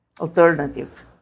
alternative